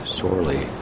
sorely